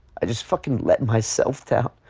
i just fucking let myself down.